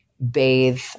bathe